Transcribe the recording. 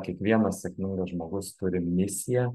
kiekvienas sėkmingas žmogus turi misiją